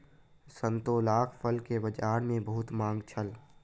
संतोलाक फल के बजार में बहुत मांग छल